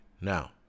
Now